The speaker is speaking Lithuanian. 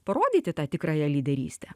parodyti tą tikrąją lyderystę